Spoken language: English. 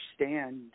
understand